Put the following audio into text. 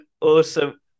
Awesome